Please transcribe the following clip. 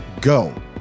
go